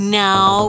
now